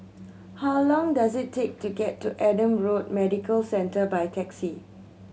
how long does it take to get to Adam Road Medical Centre by taxi